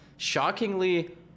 shockingly